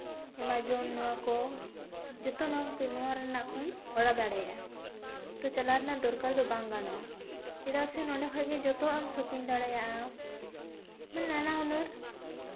Amazon ᱱᱚᱣᱟᱠᱚ ᱡᱚᱛᱚ ᱱᱚᱣᱟ ᱨᱮᱱᱟᱜ ᱠᱷᱚᱱ ᱚᱰᱟᱨ ᱫᱟᱲᱮᱭᱟᱜᱼᱟ ᱛᱚ ᱪᱟᱞᱟᱣ ᱨᱮᱱᱟᱜ ᱫᱚᱨᱠᱟᱨ ᱫᱚ ᱵᱟᱝ ᱜᱟᱱᱚᱜᱼᱟ ᱪᱮᱫᱟᱜ ᱥᱮ ᱱᱚᱰᱮ ᱠᱷᱚᱡ ᱜᱮ ᱡᱚᱛᱚᱣᱟᱜ ᱮᱢ ᱥᱚᱯᱤᱝ ᱫᱟᱲᱮᱭᱟᱜᱼᱟ ᱢᱟᱱᱮ ᱱᱟᱱᱟ ᱦᱩᱱᱟᱹᱨ